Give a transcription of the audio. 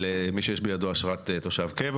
על מי שיש בידו אשרת תושב קבע